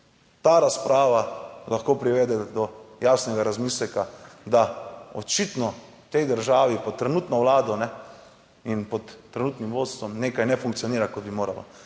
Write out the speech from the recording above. ta razprava lahko privede do jasnega razmisleka, da očitno v tej državi pod trenutno vlado in pod trenutnim vodstvom nekaj ne funkcionira, kot bi moralo.